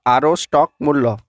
আরও স্টক মূল্য